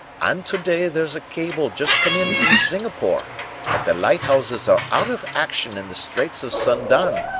and to-day there's a cable just come in from singapore that the lighthouses are out of action in the straits of sundan,